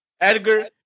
Edgar